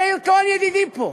מאיר כהן ידידי פה,